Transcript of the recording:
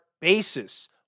basis